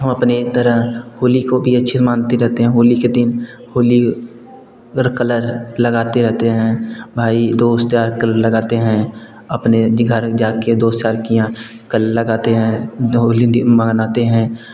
हम अपने तरह होली को भी अच्छे मनाते रहते हैं होली के दिन होली हर कलर लगाते रहते हैं भाई दोस्त यार कल लगाते हैं अपने दी घर जाकर दोस्त यार के यहाँ कलर लगाते हैं होली दी मनाते हैं